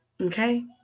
Okay